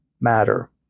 matter